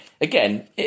Again